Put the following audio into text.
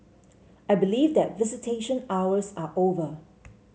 I believe that visitation hours are over